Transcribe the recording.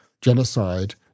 genocide